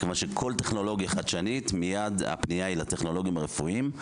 בכל טכנולוגיה חדשנית הפנייה היא מיד לטכנולוגים הרפואיים.